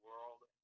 World